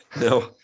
No